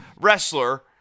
wrestler